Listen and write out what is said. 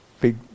big